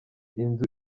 inzu